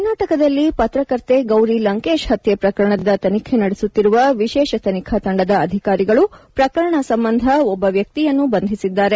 ಕರ್ನಾಟಕದಲ್ಲಿ ಪ್ರಕರ್ತೆ ಗೌರಿ ಲಂಕೇಶ್ ಪತ್ಯೆ ಪ್ರಕರಣದ ತನಿಖೆ ನಡೆಸುತ್ತಿರುವ ವಿಶೇಷ ತನಿಖಾ ತಂಡದ ಅಧಿಕಾರಿಗಳು ಪ್ರಕರಣ ಸಂಬಂಧ ಒಬ್ಬ ವ್ಯಕ್ತಿಯನ್ನು ಬಂಧಿಸಿದ್ದಾರೆ